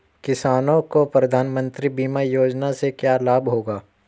किसानों को प्रधानमंत्री बीमा योजना से क्या लाभ होगा?